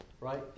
right